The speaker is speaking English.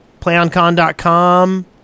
playoncon.com